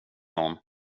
någon